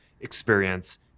experience